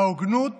ההוגנות